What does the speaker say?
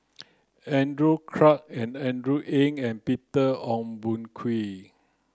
Andrew Clarke and Andrew Ang and Peter Ong Boon Kwee